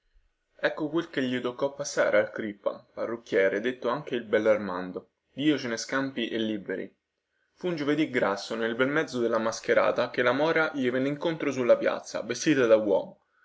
ecco quel che gli toccò passare al crippa parrucchiere detto anche il bellarmando dio ce ne scampi e liberi fu un giovedì grasso nel bel mezzo della mascherata che la mora gli venne incontro sulla piazza vestita da uomo